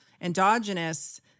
endogenous